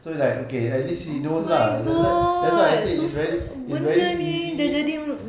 so it's like okay at least he knows lah that's why that's why I say it's very it's very easy